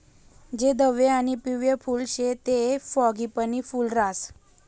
जे धवयं आणि पिवयं फुल शे ते फ्रॉगीपनी फूल राहास